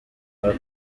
our